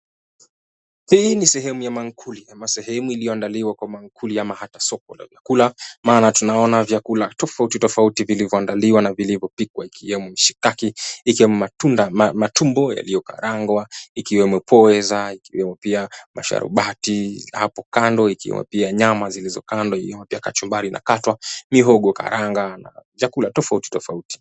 Hii ni sehemu ya maakuli ama sehemu sehemu iliyoandaliwa kwa maakuli ama hata soko la vyakula. Maana tunaona vyakula tofauti tofauti vilivyoandaliwa na vilivyopikwa, ikiwemo mshikaki, ikiwemo matumbo yaliyo karangwa, ikiwemo pweza, ikiwemo pia masharubati hapo kando, ikiwemo pia nyama zilizo kando, ikiwemo pia kachumbari inakatwa, mihogo karanga na vyakula tofauti tofauti.